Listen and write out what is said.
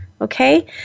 Okay